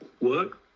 work